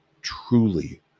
truly